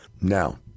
Now